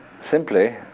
simply